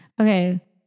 Okay